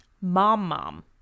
Mom-mom